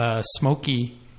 smoky